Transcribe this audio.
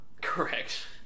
Correct